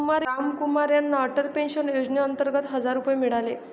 रामकुमार यांना अटल पेन्शन योजनेअंतर्गत हजार रुपये मिळाले